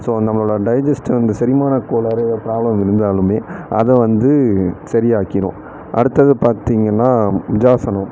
so நம்மளோட digest வந்து செரிமானக் கோளாறு ப்ராப்ளம் இருந்தாலுமே அத வந்து சரியாக்கிரும் அடுத்தது பார்த்திங்கனா மிஜாசனம்